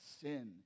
sin